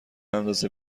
اندازه